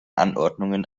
anordnungen